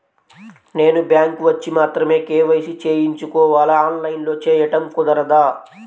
నేను బ్యాంక్ వచ్చి మాత్రమే కే.వై.సి చేయించుకోవాలా? ఆన్లైన్లో చేయటం కుదరదా?